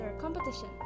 competition